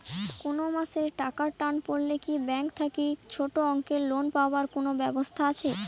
কুনো মাসে টাকার টান পড়লে কি ব্যাংক থাকি ছোটো অঙ্কের লোন পাবার কুনো ব্যাবস্থা আছে?